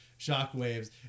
shockwaves